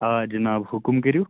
آ جِناب حُکُم کٔرِو